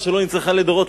ושלא נצרכה לדורות,